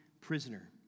prisoner